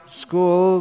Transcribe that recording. school